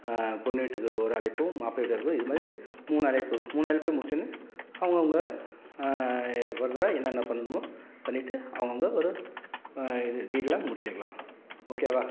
பொண்ணு வீட்டுக்கு ஒரு அழைப்பும் மாப்பிள்ளை வீட்டு அழைப்பு இது மாதிரி மூணு அழைப்பு மூணு அழைப்பையும் முடிச்சோடனே அவங்கவங்க ஃபர்தராக என்னென்ன பண்ணணுமோ பண்ணிட்டு அவங்கவங்க ஒரு இது டீட்டைலாக முடிச்சுக்கலாம் ஓகேவா